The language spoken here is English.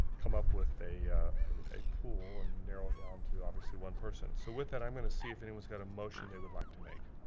come up with a a pool and narrow it down to obviously one person. so with that, i'm gonna see if anyone's got a motion they would like to make.